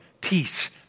peace